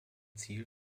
ziel